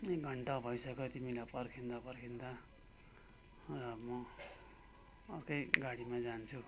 एक घन्टा भइसक्यो तिमीलाई पर्खिँदा पर्खिँदा र म अर्कै गाडीमा जान्छु